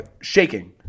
shaking